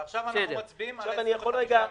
ועכשיו אנחנו מצביעים רק על ה-25.